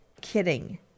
kidding